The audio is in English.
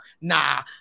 nah